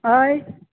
हय